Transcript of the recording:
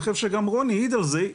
אני חושב שגם רוני העיד על זה,